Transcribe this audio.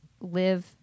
live